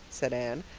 said anne.